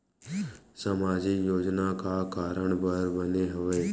सामाजिक योजना का कारण बर बने हवे?